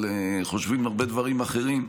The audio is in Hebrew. אבל חושבים גם הרבה דברים אחרים.